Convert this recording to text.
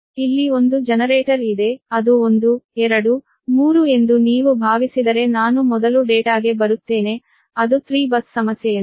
ಇಲ್ಲಿ ಒಂದು ಜನರೇಟರ್ ಇದೆ ಅದು 1 2 3 ಎಂದು ನೀವು ಭಾವಿಸಿದರೆ ನಾನು ಮೊದಲು ಡೇಟಾಗೆ ಬರುತ್ತೇನೆ ಅದು 3 ಬಸ್ ಸಮಸ್ಯೆಯಂತೆ